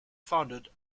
founded